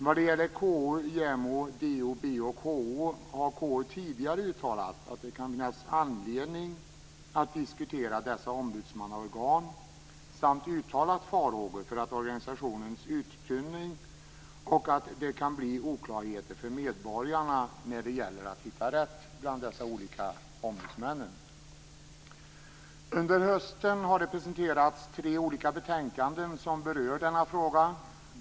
Vad gäller KO, JämO, DO, BO och HO har KU tidigare uttalat att det kan finnas anledning att diskutera dessa ombudsmannaorgan samt uttalat farhågor för organisationernas uttunning och att det kan bli oklarheter för medborgarna när det gäller att hitta rätt bland dessa olika ombudsmän. Under hösten har presenterats tre olika betänkanden som berör denna fråga.